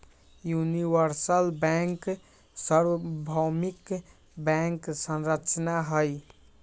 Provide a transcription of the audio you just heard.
universal bank सर्वभौमिक bank संरचना हई